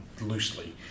loosely